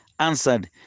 answered